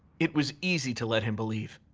it was easy to let him believe.